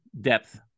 depth